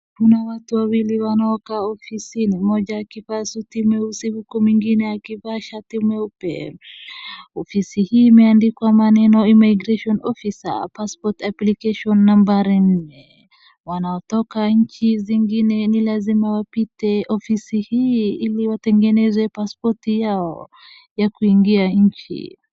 Kuna watu wawili wanaokaa ofisini mmoja akivaa suti mweusi huku mwingine akivaa shati mweupe, ofisi hii imeandikwa maneno Immigration Officer Passport Application nambari nne, wanaotoka nchi zingine ni lazima wapite ofisi hii ili watengeneze pasipoti yao ya kuingia nchi.